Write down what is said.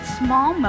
small